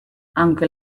aunque